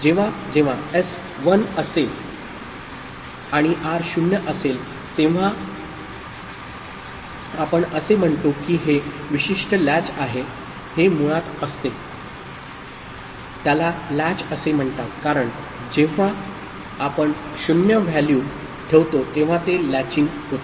जेव्हा जेव्हा एस 1 असेल आणि आर 0 असेल तेव्हा आपण असे म्हणतो की हे विशिष्ट लॅच हे मुळात असते त्याला लॅच असे म्हणतात कारण जेव्हा आपण 0 0 व्हॅल्यू ठेवतो तेव्हा ते लॅचिंग होते